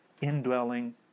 indwelling